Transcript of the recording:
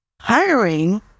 hiring